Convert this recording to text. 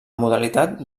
modalitat